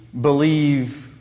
believe